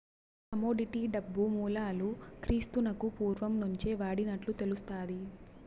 commodity డబ్బు మూలాలు క్రీస్తునకు పూర్వం నుంచే వాడినట్లు తెలుస్తాది